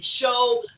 show